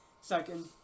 second